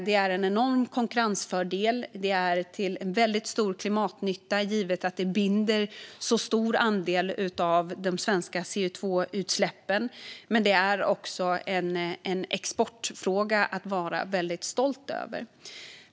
Den innebär en enorm konkurrensfördel och är till väldigt stor klimatnytta givet att den binder så stor andel av de svenska CO2-utsläppen. Skogen är också en exportfråga att vara väldigt stolt över.